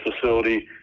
facility